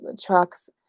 trucks